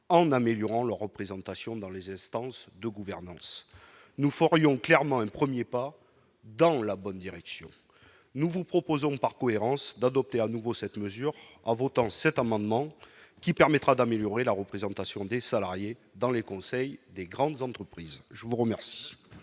en améliorant leur représentation dans les instances de gouvernance nous formions clairement un 1er pas dans la bonne direction, nous vous proposons par cohérence d'adopter à nouveau cette mesure en votant cet amendement qui permettra d'améliorer la représentation des salariés dans les conseils des grandes entreprises, je vous remercie.